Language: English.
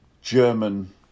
German